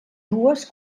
dues